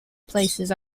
places